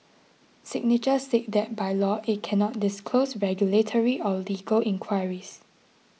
signature said that by law it cannot disclose regulatory or legal inquiries